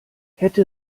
hätte